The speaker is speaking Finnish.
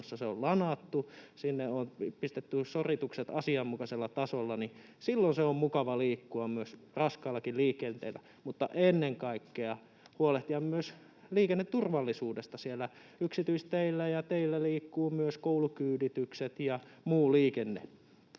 että se on lanattu, sinne on pistetty soritukset asianmukaisella tasolla. Silloin on mukava liikkua raskaallakin liikenteellä mutta ennen kaikkea huolehtia myös liikenneturvallisuudesta siellä yksityisteillä, ja teillä liikkuvat myös koulukyyditykset ja muu liikenne.